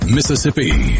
Mississippi